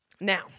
Now